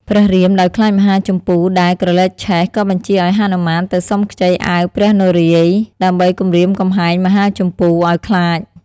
ព្រះរាម ដោយខ្លាចមហាជម្ពូ ដែលក្រលេកឆេះ ក៏បញ្ជាឱ្យហនុមានទៅសុំខ្ចីអាវព្រះនារាយណ៍ ដើម្បីគំរាមកំហែងមហាជម្ពូ ឱ្យខ្លាច។